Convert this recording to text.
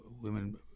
women